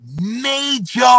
major